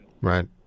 Right